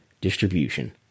distribution